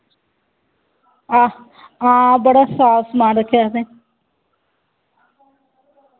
हां हां बड़ा साफ समान रक्खे दा असें